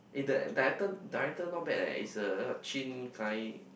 eh that director director not bad eh it's a Chin-Kai